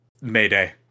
Mayday